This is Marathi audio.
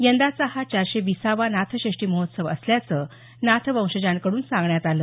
यंदाचा हा चारशे वीसावा नाथषषषी महोत्सव असल्याचं नाथवंशजांकड्रन सांगण्यात आलं